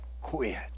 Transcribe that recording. quit